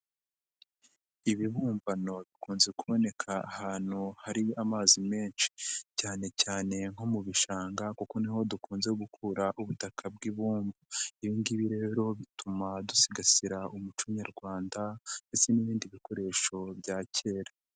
Ibibumbano bikunze kuboneka ahantu hari amazi menshi. Cyane cyane nko mu bishanga kuko niho dukunze gukura ubutaka bw'ibumba. Ibi ngibi rero bituma dusigasira umuco nyarwanda ndetse n'ibindi bikoresho bya kera.